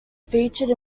featured